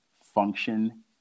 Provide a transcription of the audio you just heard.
function